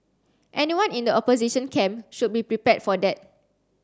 anyone in the opposition camp should be prepared for that